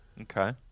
Okay